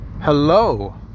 Hello